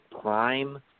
prime